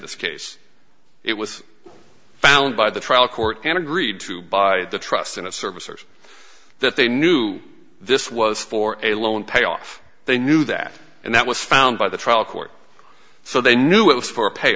this case it was found by the trial court and agreed to by the trust in a service or that they knew this was for a loan payoff they knew that and that was found by the trial court so they knew it was for a pay